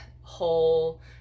whole